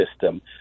system